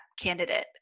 candidate